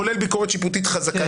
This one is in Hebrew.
כולל ביקורת שיפוטית חזקה.